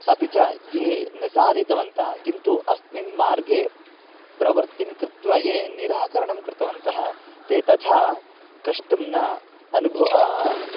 अपि च ये न साधितवन्तः किन्तु अस्मिन् मार्गे प्रवृत्तिं कृत्वा ये निराकरणं कृतवन्तः ते तथा कष्टं न अनुभवः